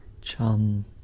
chum